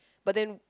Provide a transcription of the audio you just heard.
but then